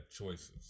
choices